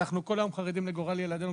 אנחנו כל היום חרדים לגורל ילדינו,